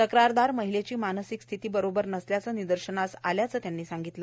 तक्रारदार महिलेची मानसिक स्थिती बरोबर नसल्याचे निदर्शनास आल्याचे त्यांनी सांगितले